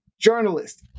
journalist